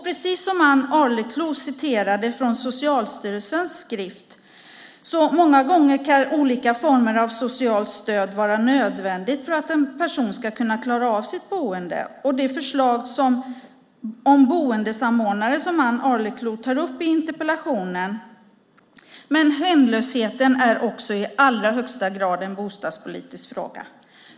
Precis som Ann Arleklo citerade från Socialstyrelsens skrift kan många gånger olika former av socialt stöd vara nödvändigt för att en person ska klara av sitt boende och, som Ann Arleklo tar upp i interpellationen, en boendesamordnare. Men hemlösheten är också i allra högsta grad en bostadspolitisk fråga.